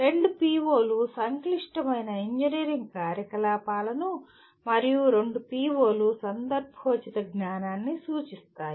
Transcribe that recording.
రెండు PO లు సంక్లిష్టమైన ఇంజనీరింగ్ కార్యకలాపాలను మరియు రెండు PO లు సందర్భోచిత జ్ఞానాన్ని సూచిస్తాయి